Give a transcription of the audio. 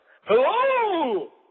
Hello